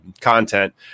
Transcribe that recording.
content